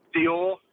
Dior